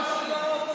האופוזיציה.